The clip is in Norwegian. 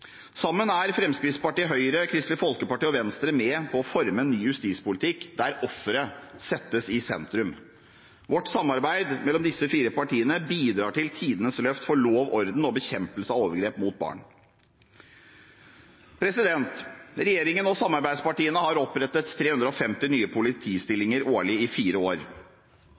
Sammen er Fremskrittspartiet, Høyre, Kristelig Folkeparti og Venstre med på å forme en ny justispolitikk der offeret settes i sentrum. Samarbeidet mellom disse fire partiene bidrar til tidenes løft for lov, orden og bekjempelse av overgrep mot barn. Regjeringen og samarbeidspartiene har opprettet 350 nye politistillinger årlig i fire år.